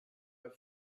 have